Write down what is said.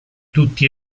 tutti